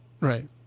Right